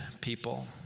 people